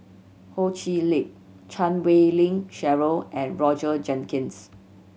Ho Chee Lick Chan Wei Ling Cheryl and Roger Jenkins